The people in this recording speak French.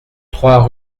trois